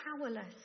powerless